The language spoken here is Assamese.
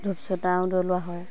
ধূপ চতাও জ্বলোৱা হয়